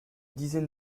dizaine